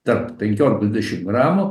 tarp penkiolikos dvidešim gramų